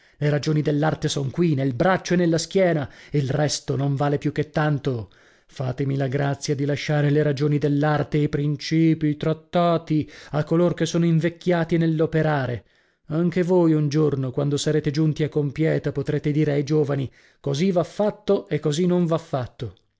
le ragioni dell'arte son qui nel braccio e nella schiena il resto non vale più che tanto fatemi la grazia di lasciare le ragioni dell'arte i principii i trattati a coloro che sono invecchiati nell'operare anche voi un giorno quando sarete giunti a compieta potrete dire ai giovani così va fatto e così non va fatto